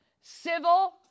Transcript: civil